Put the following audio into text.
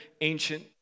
ancient